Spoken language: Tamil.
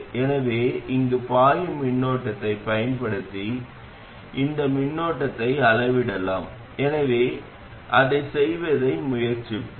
நாம் விரும்பிய மின்னோட்டத்தை இணைக்கிறோம் இந்த விஷயத்தில் இது உள்ளீட்டு மின்னோட்டமாகும் எனவே அதை ii என்று அழைக்கிறோம்